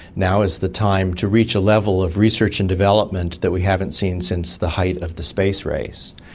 now is the time to reach a level of research and development that we haven't seen since the height of the space race.